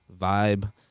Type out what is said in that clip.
vibe